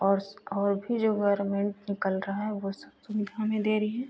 और और भी जो गवर्नमेन्ट निकल रही है वह सब सुविधा हमें दे रही है